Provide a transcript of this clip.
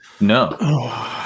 no